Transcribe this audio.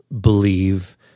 believe